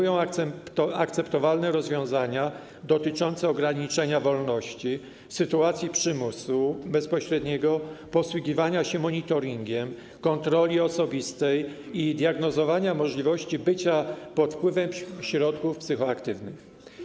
Chodzi o akceptowalne rozwiązania dotyczące ograniczenia wolności, sytuacji przymusu bezpośredniego, posługiwania się monitoringiem, kontroli osobistej i diagnozowania możliwości bycia pod wpływem środków psychoaktywnych.